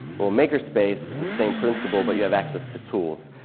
well maker space is the same principle but you have access to tools.